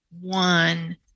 one